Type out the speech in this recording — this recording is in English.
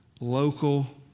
local